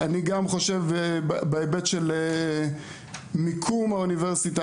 אני גם חושב בהיבט של מיקום האוניברסיטה,